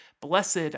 blessed